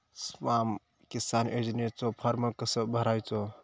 स्माम किसान योजनेचो फॉर्म कसो भरायचो?